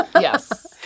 Yes